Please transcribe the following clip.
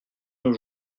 nos